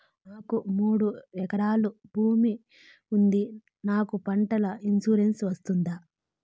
నాకు మూడు ఎకరాలు భూమి ఉంది నాకు పంటల ఇన్సూరెన్సు వస్తుందా?